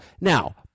Now